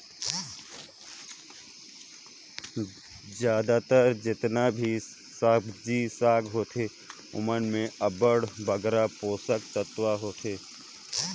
जरियादार जेतना भी सब्जी साग होथे ओमन में अब्बड़ बगरा पोसक तत्व होथे